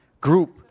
group